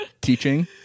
teaching